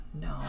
no